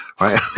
right